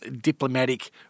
diplomatic